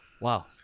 Wow